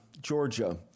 Georgia